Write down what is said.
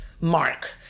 mark